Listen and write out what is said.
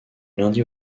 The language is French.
lundi